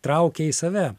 traukia į save